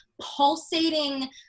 pulsating